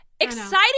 Exciting